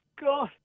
God